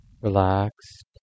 Relaxed